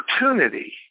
opportunity